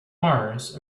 mars